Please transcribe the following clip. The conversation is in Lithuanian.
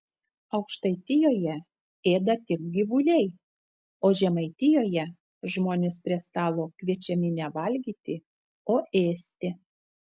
aukštaitijoje ėda tik gyvuliai o žemaitijoje žmonės prie stalo kviečiami ne valgyti o ėsti